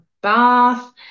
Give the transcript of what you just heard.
bath